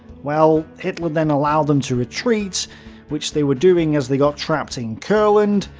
well, hitler then allowed them to retreat which they were doing as they got trapped in courland.